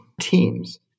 teams